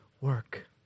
work